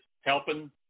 helping